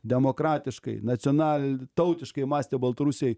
demokratiškai nacional tautiškai mąstę baltarusiai